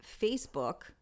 Facebook